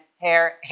hair